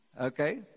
Okay